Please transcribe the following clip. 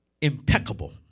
impeccable